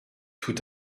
tout